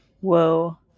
whoa